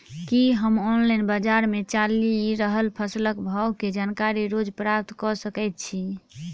की हम ऑनलाइन, बजार मे चलि रहल फसलक भाव केँ जानकारी रोज प्राप्त कऽ सकैत छी?